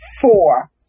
four